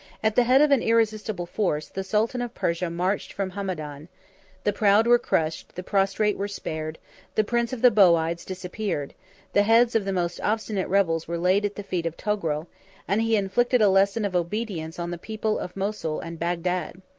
at the head of an irresistible force, the sultan of persia marched from hamadan the proud were crushed, the prostrate were spared the prince of the bowides disappeared the heads of the most obstinate rebels were laid at the feet of togrul and he inflicted a lesson of obedience on the people of mosul and bagdad.